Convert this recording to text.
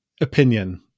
opinion